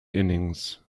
innings